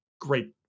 great